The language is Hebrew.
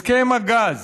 הסכם הגז